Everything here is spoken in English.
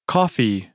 Coffee